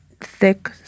thick